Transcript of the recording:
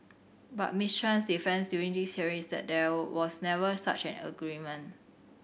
but Miss Chan's defence during this hearing is that there was never such an agreement